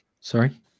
sorry